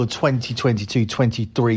2022-23